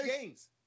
games